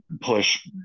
push